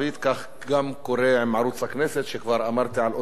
כך גם קורה עם ערוץ הכנסת, וכבר דיברתי על אותה